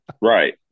Right